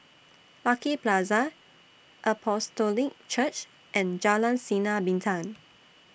Lucky Plaza Apostolic Church and Jalan Sinar Bintang